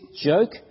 joke